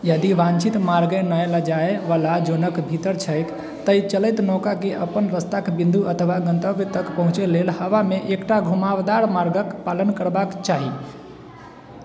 यदि वाञ्छित मार्गे मे नहि जाइ बला जोनक भीतर छैक तऽ चलैत नौकाके अपन रस्ताके बिन्दू अथवा गन्तव्य तक पहुँचै लेल हवामे एकटा घुमावदार मार्गक पालन करबाक चाही